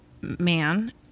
man